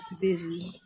busy